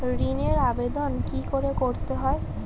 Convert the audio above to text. ঋণের আবেদন কি করে করতে হয়?